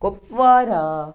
Kupwara